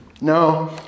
No